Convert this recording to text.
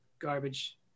garbage